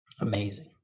Amazing